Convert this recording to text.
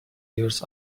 years